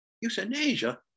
euthanasia